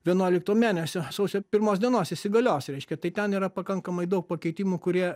vienuolikto mėnesio sausio pirmos dienos įsigalios reiškia tai ten yra pakankamai daug pakeitimų kurie